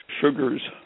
sugars